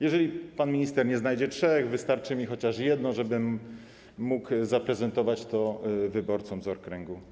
Jeżeli pan minister nie znajdzie trzech, wystarczy mi chociaż jedno, żebym mógł to zaprezentować wyborcom z okręgu.